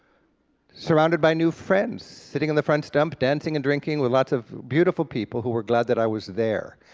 surrounded by new friends, sitting on the front stump, dancing and drinking with lots of beautiful people who were glad that i was there.